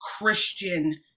Christian